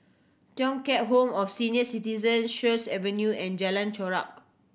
Thong Home of Senior Citizen Sheares Avenue and Jalan Chorak